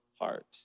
heart